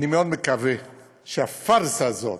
אני מאוד מקווה שהפארסה הזאת,